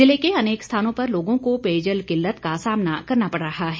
जिले के अनेक स्थानों पर लोगों को पेयजल किलत का सामना करना पड़ रहा है